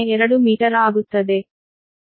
02 metre ಆಗುತ್ತದೆ